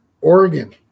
Oregon